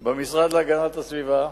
במשרד להגנת הסביבה.